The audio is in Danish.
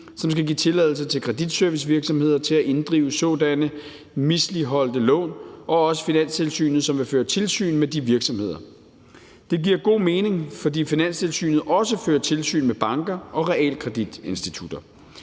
som skal give tilladelse til kreditservicevirksomheder til at inddrive sådanne misligholdte lån, og at det også vil være Finanstilsynet, som skal føre tilsyn med de virksomheder. Det giver god mening, fordi Finanstilsynet også fører tilsyn med banker og realkreditinstitutter.